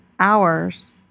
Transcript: hours